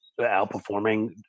outperforming